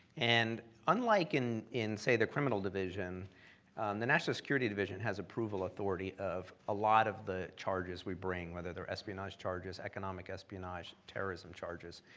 and unlike in in say the criminal division the national security division has approval authority of a lot of the charges we bring whether they're espionage charges, economic espionage, terrorism charges,